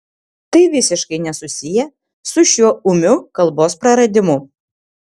tai visiškai nesusiję su šiuo ūmiu kalbos praradimu